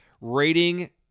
Rating